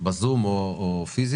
בזום או כאן.